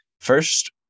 first